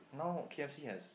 now K_F_C has